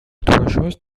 došos